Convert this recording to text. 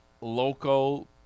local